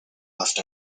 left